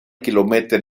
kilometern